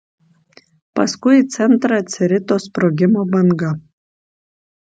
paskui į centrą atsirito sprogimo banga